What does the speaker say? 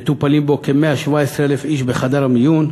ומטופלים בו כ-117,000 איש בחדר המיון,